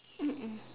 mm mm